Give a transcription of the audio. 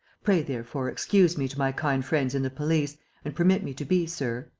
pray, therefore excuse me to my kind friends in the police and permit me to be, sir,